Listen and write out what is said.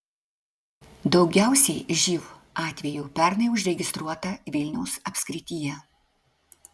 daugiausiai živ atvejų pernai užregistruota vilniaus apskrityje